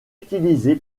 utilisé